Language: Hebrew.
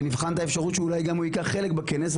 ונבחן את האפשרות שאולי גם הוא ייקח חלק בכנס,